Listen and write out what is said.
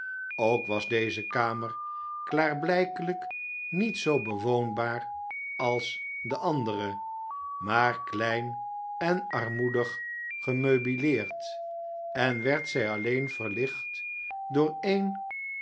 ook was deze kamer klaarblijkelijk niet zoo bewoonbaar als de andere maar klein en armoedig gemeubileerd en werd zij alleen verlicht door één